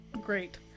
great